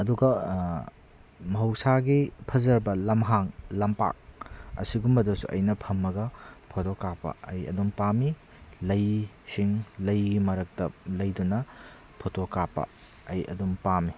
ꯑꯗꯨꯒ ꯃꯍꯧꯁꯥꯒꯤ ꯐꯖꯕ ꯂꯝꯍꯥꯡ ꯂꯝꯄꯥꯛ ꯑꯁꯤꯒꯨꯝꯕꯗꯁꯨ ꯑꯩꯅ ꯐꯝꯃꯒ ꯐꯣꯇꯣ ꯀꯥꯞꯄ ꯑꯩ ꯑꯗꯨꯝ ꯄꯥꯝꯃꯤ ꯂꯩꯁꯤꯡ ꯂꯩꯒꯤ ꯃꯔꯛꯇ ꯂꯩꯗꯨꯅ ꯐꯣꯇꯣ ꯀꯥꯞꯄ ꯑꯩ ꯑꯗꯨꯝ ꯄꯥꯝꯃꯤ